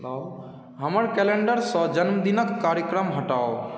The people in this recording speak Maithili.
हमर कैलेण्डरसँ जन्मदिनके कार्यक्रम हटाउ